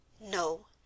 No